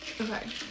okay